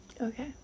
Okay